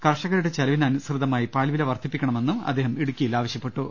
കർഷകരുടെ ചെലവിന് അനുസൃതമായി പാൽ വില വർദ്ധിപ്പിക്കണമെന്ന് അദ്ദേഹം ആവശ്യപ്പെട്ടു